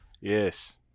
Yes